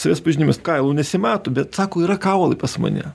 savęs pažinimas kailų nesimato bet sako yra kaulai pas mane